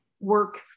work